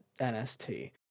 NST